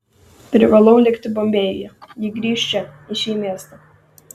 privalau likti bombėjuje ji grįš čia į šį miestą